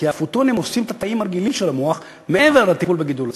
כי הפוטונים הורסים את התאים הרגילים של המוח מעבר לטיפול בגידול עצמו,